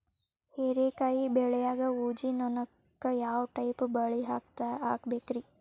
ಹೇರಿಕಾಯಿ ಬೆಳಿಯಾಗ ಊಜಿ ನೋಣಕ್ಕ ಯಾವ ಟೈಪ್ ಬಲಿ ಹಾಕಬೇಕ್ರಿ?